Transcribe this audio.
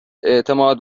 اعتماد